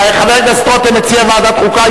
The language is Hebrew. התש"ע 2010,